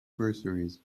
groceries